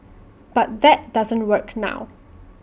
but that doesn't work now